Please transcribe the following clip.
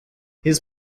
his